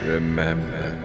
Remember